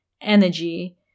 energy